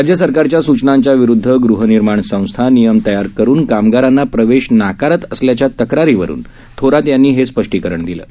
राज्य सरकारच्या स्चनांच्या विरुद्ध गृहनिर्माण संस्था नियम तयार करुन कामगारांना प्रवेश नाकारत असल्याच्या तक्रारीवरुन पाटील यांनी स्पष्टीकरण दिलं आहे